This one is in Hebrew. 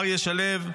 אריה שלו.